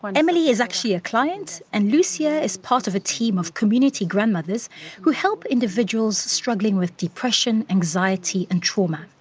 and emily is actually a client and lucia is part of a team of community grandmothers who help individuals struggling with depression, anxiety and trauma.